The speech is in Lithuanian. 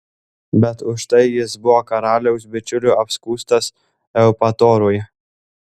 bet už tai jis buvo karaliaus bičiulių apskųstas eupatorui